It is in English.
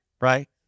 right